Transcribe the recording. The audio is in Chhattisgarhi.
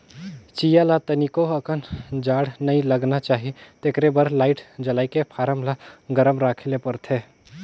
चीया ल तनिको अकन जाड़ नइ लगना चाही तेखरे बर लाईट जलायके फारम ल गरम राखे ले परथे